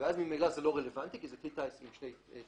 ואז ממילא זה לא רלוונטי כי זה כלי טיס עם שני טייסים,